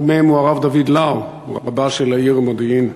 אחד מהם הוא הרב דוד לאו, רבה של העיר מודיעין.